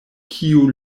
kiu